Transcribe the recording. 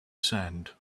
sand